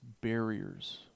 barriers